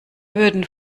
würden